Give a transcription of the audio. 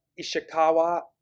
Ishikawa